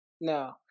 No